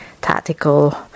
tactical